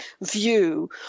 view